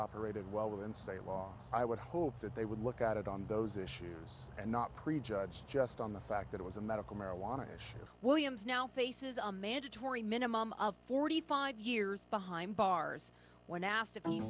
operated well within state law i would hope that they would look at it on those issues and not prejudge just on the fact that it was a medical marijuana issue williams now faces a mandatory minimum of forty five years behind bars when asked to